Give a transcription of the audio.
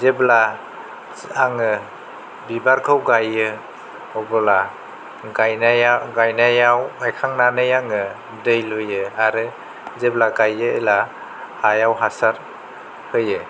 जेब्ला आङो बिबारखौ गायो अबोला गायनाया गायनायाव गायखांनानै आङो दै लुयो आरो जेब्ला गायो एला हायाव हासार होयो